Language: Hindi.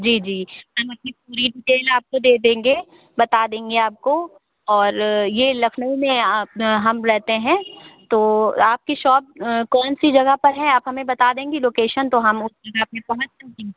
जी जी हम अपनी पूरी डिटेल आपको दे देंगे बता देंगे आपको और ये लखनऊ में अ हम रहते हैं तो आपकी शॉप कौन सी जगह पर है आप हमें बता देंगे लोकेशन तो हम उस हिसाब से आगे पहुँच जाएंगे